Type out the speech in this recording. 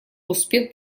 успех